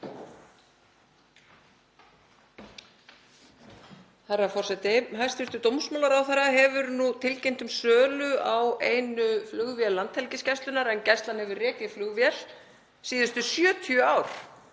Hæstv. dómsmálaráðherra hefur nú tilkynnt um sölu á einu flugvél Landhelgisgæslunnar. Gæslan hefur rekið flugvél síðustu 70 ár